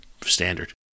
standard